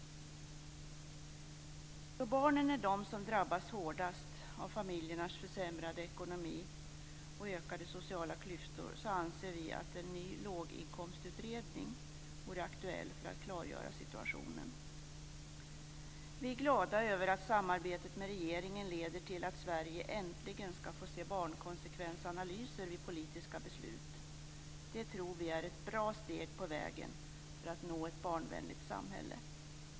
Då barnen är de som drabas hårdast av familjernas försämrade ekonomi och ökade sociala klyftor, anser vi att en ny låginkomstutredning vore aktuell för att klargöra situationen. Vi är glada över att samarbetet med regeringen leder till att Sverige äntligen skall få se barnkonsekvensanalyser vid politiska beslut. Vi tror att det är ett bra steg på vägen till att nå ett barnvänligt samhälle.